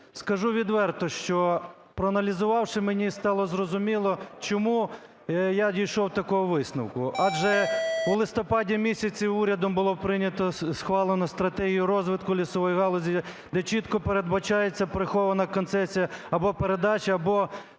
Скажу відверто, що, проаналізувавши, мені стало зрозуміло, чому я дійшов такого висновку, адже у листопаді місяці урядом було прийнято, схвалено стратегію розвитку лісової галузі, де чітко передбачається прихована концесія або передача, або